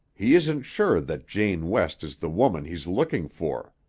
he isn't sure that jane west is the woman he's looking for.